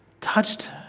touched